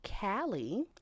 Callie